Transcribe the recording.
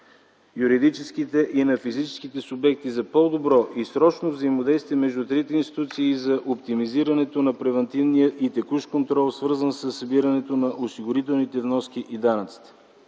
юридическите и на физическите субекти, за по-добро и срочно взаимодействие между трите институции и за оптимизирането на превантивния и текущ контрол, свързан със събирането на осигурителните вноски и данъците.